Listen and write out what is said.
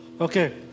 Okay